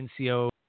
NCO